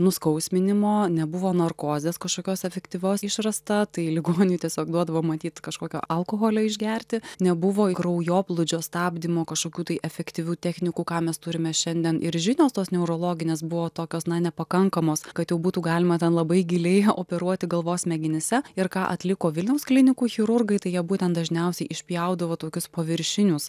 nuskausminimo nebuvo narkozės kažkokios efektyvios išrasta tai ligoniui tiesiog duodavo matyt kažkokio alkoholio išgerti nebuvo kraujoplūdžio stabdymo kažkokių tai efektyvių technikų ką mes turime šiandien ir žinios tos neurologinės buvo tokios nepakankamos kad jau būtų galima ten labai giliai operuoti galvos smegenyse ir ką atliko vilniaus klinikų chirurgai tai jie būtent dažniausiai išpjaudavo tokius paviršinius